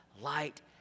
light